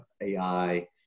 AI